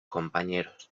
compañeros